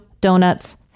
donuts